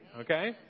okay